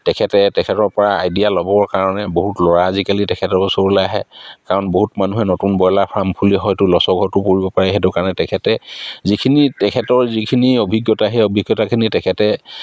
তেখেতে তেখেতৰপৰা আইডিয়া ল'বৰ কাৰণে বহুত ল'ৰা আজিকালি তেখেতৰ ওচৰলৈ আহে কাৰণ বহুত মানুহে নতুন ব্ৰইলাৰ ফাৰ্ম খুলি হয়তো লচৰ ঘৰটো পৰিব পাৰে সেইটো কাৰণে তেখেতে যিখিনি তেখেতৰ যিখিনি অভিজ্ঞতা সেই অভিজ্ঞতাখিনি তেখেতে